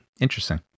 interesting